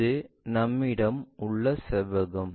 இது நம்மிடம் உள்ள செவ்வகம்